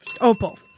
Opal